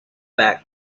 back